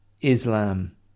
Islam